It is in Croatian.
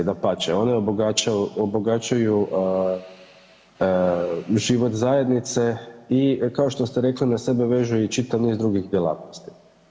Dapače, one obogaćuju život zajednice i kao što ste rekli na sebe vežu i čitav niz drugih djelatnosti.